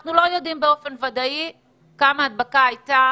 אנחנו לא יודעים באופן ודאי כמה הדבקה הייתה